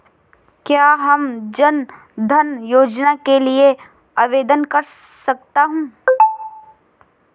क्या मैं जन धन योजना के लिए आवेदन कर सकता हूँ?